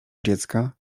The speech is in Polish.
dziecka